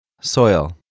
Soil